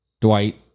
Dwight